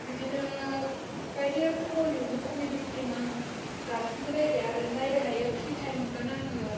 बिदिनो बायदिरोखोम बलिउदनि कमेदि फ्लिम आं दासिमबो नायबाय आरो नायबाय थायो फ्रि टाइम मोनबानो आङो